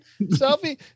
Selfie